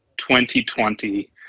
2020